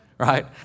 Right